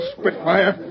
Spitfire